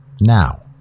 Now